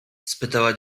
spytała